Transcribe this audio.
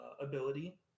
ability